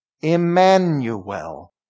Emmanuel